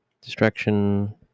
Distraction